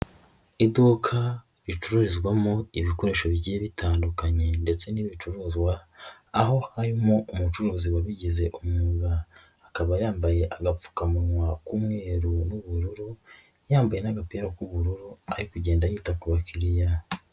Iduka ricururizwamo ibikoresho bigiye bitandukanye ndetse n'ibicuruzwa ,aho harimo umucuruzi wabigize umwuga. Akaba yambaye agapfukamunwa k'umweru n'ubururu ,yambaye n'agapira k'ubururu ,ari kugenda yita ku bakiriya.